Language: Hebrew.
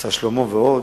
"מבצע שלמה" ועוד.